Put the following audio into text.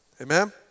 Amen